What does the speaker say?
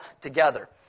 together